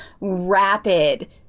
rapid